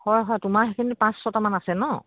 হয় হয় তোমাৰ সেইখিনিত পাঁচ ছটামান আছে ন